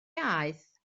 aeth